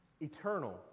Eternal